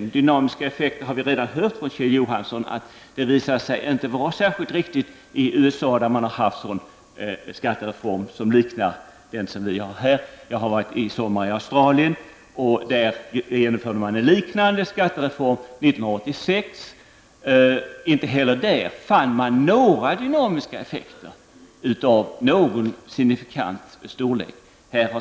När det gäller dynamiska effekter har vi redan hört av Kjell Johansson att de visade sig inte vara särskilt påtagliga i USA, där man har genomfört en skattereform som liknar den vi har här. I somras var jag i Australien. I Australien genomförde man år 1986 en liknande skattereform. Inte heller där fann man några dynamiska effekter av någon signifikant storlek.